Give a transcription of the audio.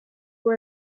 vous